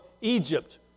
Egypt